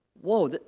Whoa